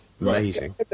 Amazing